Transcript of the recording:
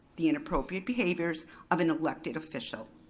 the inappropriate behaviors of an elected official.